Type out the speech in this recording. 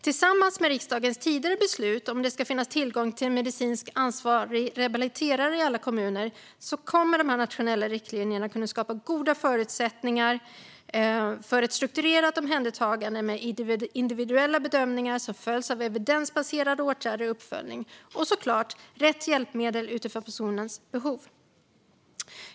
Tillsammans med riksdagens tidigare beslut om att det ska finnas tillgång till en medicinskt ansvarig rehabiliterare i alla kommuner kommer de nationella riktlinjerna att kunna skapa goda förutsättningar för ett strukturerat omhändertagande med individuella bedömningar som följs av evidensbaserade åtgärder, uppföljning och såklart rätt hjälpmedel utifrån personens behov.